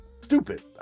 stupid